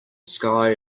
sky